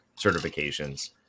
certifications